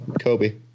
Kobe